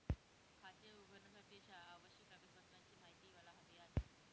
खाते उघडण्यासाठीच्या आवश्यक कागदपत्रांची माहिती मला हवी आहे